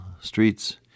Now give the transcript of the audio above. streets